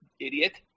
Idiot